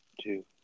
two